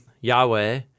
Yahweh